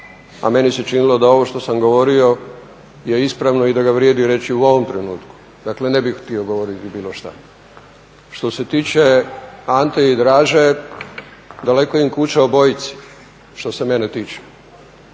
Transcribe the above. a meni se činilo da ovo što sam govorio je ispravno i da ga vrijedi reći u ovom trenutku. Dakle, ne bih htio govoriti bilo što. Što se tiče Ante i Draže daleko im kuća obojici, što se mene tiče.